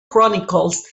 chronicles